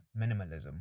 minimalism